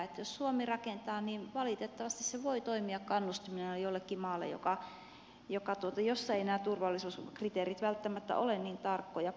jos suomi rakentaa niin valitettavasti se voi toimia kannustimena jollekin maalle jossa nämä turvallisuuskriteerit eivät välttämättä ole niin tarkkoja